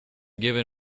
given